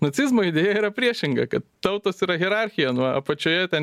nacizmo idėja yra priešinga kad tautos yra hierarchija nuo apačioje ten